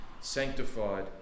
sanctified